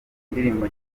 indirimbo